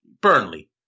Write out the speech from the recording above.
Burnley